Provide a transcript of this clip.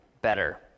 better